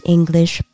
English